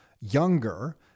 younger